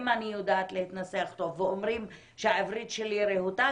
אם אני יודעת להתנסח טוב ואומרים שהעברית שלי רהוטה,